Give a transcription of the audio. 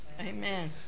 Amen